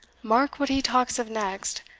mark what he talks of next.